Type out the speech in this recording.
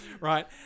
Right